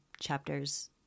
chapters